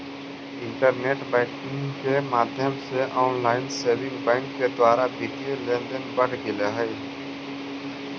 internet banking के माध्यम से ऑनलाइन सेविंग बैंक के द्वारा वित्तीय लेनदेन बढ़ गेले हइ